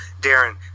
Darren